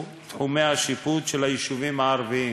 תחומי השיפוט של היישובים הערביים,